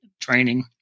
training